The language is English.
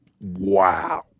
wow